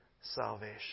salvation